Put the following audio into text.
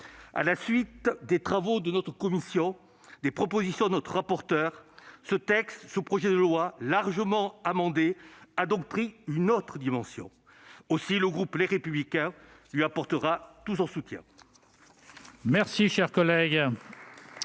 À la suite des travaux de notre commission et des propositions de notre rapporteur, ce projet de loi, largement amendé, a donc pris une nouvelle dimension. Aussi le groupe Les Républicains lui apportera-t-il tout son soutien. La parole est